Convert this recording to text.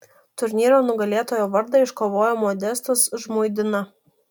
turnyro nugalėtojo vardą iškovojo modestas žmuidina